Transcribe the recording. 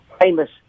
famous